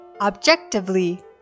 Objectively